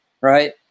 right